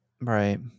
Right